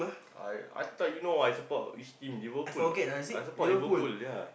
I I thought you know I support which team Liverpool ah I support Liverpool ya